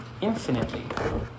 Infinitely